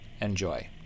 Enjoy